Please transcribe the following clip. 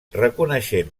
reconeixent